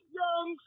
young